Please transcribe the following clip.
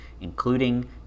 including